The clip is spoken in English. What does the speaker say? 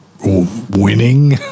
winning